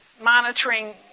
monitoring